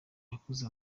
yakoze